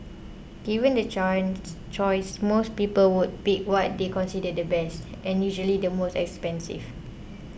given the choice most people would pick what they consider the best and usually the most expensive